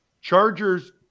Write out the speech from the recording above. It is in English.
Chargers